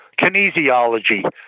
kinesiology